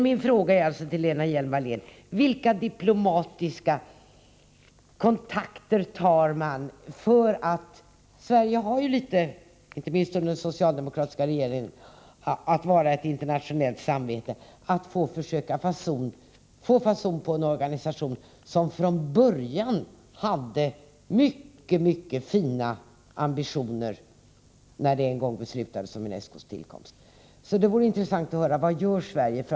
Sverige har ju, inte minst under den socialdemokratiska regeringen, varit något av ett internationellt samvete. Min fråga till Lena Hjelm-Wallén är alltså: Vilka diplomatiska kontakter tar man för att försöka få fason på en organisation som från början, när det en gång fattades beslut om UNESCO:s tillkomst, hade mycket, mycket fina ambitioner? Det vore alltså intressant att få veta: Vad gör Sverige?